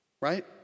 Right